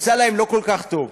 יצא להם לא כל כך טוב,